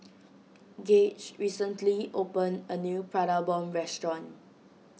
Gauge recently opened a new Prata Bomb Restaurant